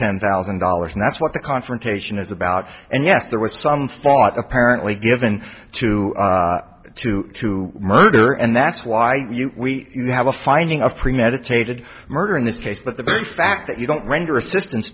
ten thousand dollars and that's what the confrontation is about and yes there was some thought apparently given to to murder and that's why we have a finding of premeditated murder in this case but the very fact that you don't render assistance